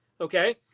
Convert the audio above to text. Okay